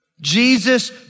Jesus